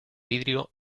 vidrio